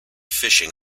fishing